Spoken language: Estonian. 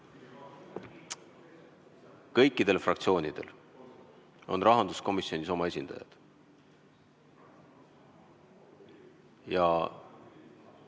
Kõikidel fraktsioonidel on rahanduskomisjonis oma esindajad ja